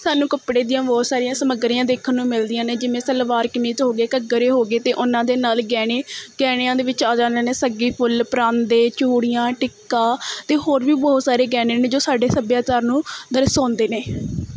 ਸਾਨੂੰ ਕੱਪੜੇ ਦੀਆਂ ਬਹੁਤ ਸਾਰੀਆਂ ਸਮੱਗਰੀਆਂ ਦੇਖਣ ਨੂੰ ਮਿਲਦੀਆਂ ਨੇ ਜਿਵੇਂ ਸਲਵਾਰ ਕਮੀਜ਼ ਹੋ ਗਏ ਘੱਗਰੇ ਹੋ ਗਏ ਅਤੇ ਉਹਨਾਂ ਦੇ ਨਾਲ਼ ਗਹਿਣੇ ਗਹਿਣਿਆਂ ਦੇ ਵਿੱਚ ਆ ਜਾਂਦੇ ਨੇ ਸੱਗੀ ਫੁੱਲ ਪਰਾਂਦੇ ਚੂੜੀਆਂ ਟਿੱਕਾ ਅਤੇ ਹੋਰ ਵੀ ਬਹੁਤ ਸਾਰੇ ਗਹਿਣੇ ਨੇ ਜੋ ਸਾਡੇ ਸੱਭਿਆਚਾਰ ਨੂੰ ਦਰਸਾਉਂਦੇ ਨੇ